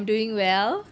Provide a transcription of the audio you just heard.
I'm doing well